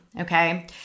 Okay